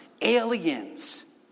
aliens